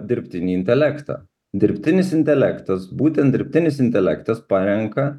dirbtinį intelektą dirbtinis intelektas būtent dirbtinis intelektas parenka